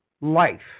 life